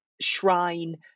shrine